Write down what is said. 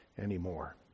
anymore